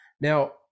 now